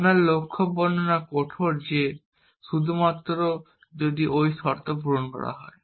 আমাদের লক্ষ্য বর্ণনা কঠোর যে শুধুমাত্র যদি ঐ শর্ত পূরণ করা হয়